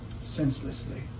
senselessly